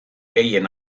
gehien